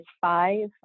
five